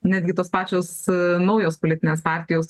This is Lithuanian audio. netgi tos pačios naujos politinės partijos